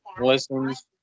listens